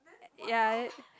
ya